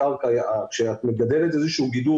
כשאת מגדלת איזשהו גידול,